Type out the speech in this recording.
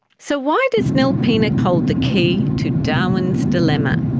so why does nilpena hold the key to darwin's dilemma?